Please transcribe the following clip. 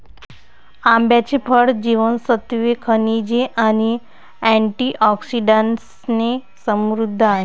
आंब्याचे फळ जीवनसत्त्वे, खनिजे आणि अँटिऑक्सिडंट्सने समृद्ध आहे